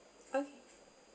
okay